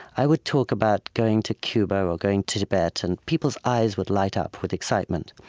i would talk about going to cuba or going to tibet, and people's eyes would light up with excitement.